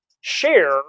share